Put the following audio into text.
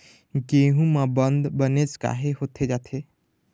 गेहूं म बंद बनेच काहे होथे जाथे?